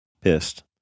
pissed